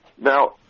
Now